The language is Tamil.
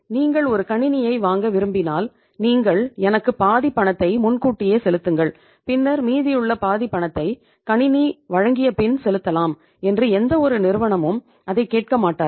நீங்கள் ஒரு கணினியை வாங்க விரும்பினால் நீங்கள் எனக்கு பாதி பணத்தை முன்கூட்டியே செலுத்துங்கள் பின்னர் மீதமுள்ள பாதி பணத்தை கணினி வழங்கியபின் செலுத்தலாம் என்று எந்தவொரு நிறுவனமும் அதைக் கேட்க மாட்டார்கள்